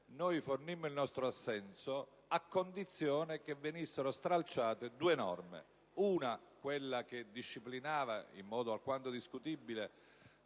fornimmo il nostro assenso a condizione che venissero stralciate due norme: la norma che disciplinava in modo alquanto discutibile